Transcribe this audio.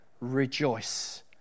rejoice